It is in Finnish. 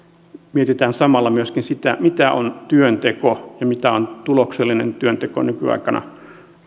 mietitään samalla myöskin sitä mitä on työnteko ja mitä on tuloksellinen työnteko nykyaikana